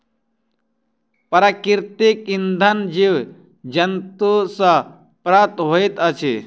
प्राकृतिक इंधन जीव जन्तु सॅ प्राप्त होइत अछि